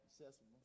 accessible